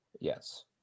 Yes